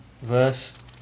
verse